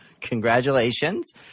Congratulations